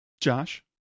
josh